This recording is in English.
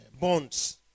bonds